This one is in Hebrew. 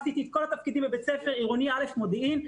עשיתי את כל התפקידים בבית ספר עירוני א' מודיעין,